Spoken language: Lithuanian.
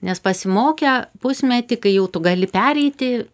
nes pasimokę pusmetį kai jau tu gali pereiti